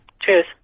Cheers